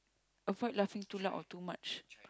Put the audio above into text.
avoid laughing too loud or too much